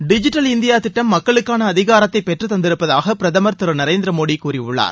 digital India திட்டம் மக்களுக்கான அதிகாரத்தை பெற்றுத் தந்திருப்பதாக பிரதமர் திரு நரேந்திரமோட கூறியுள்ளார்